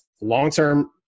long-term